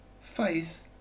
Faith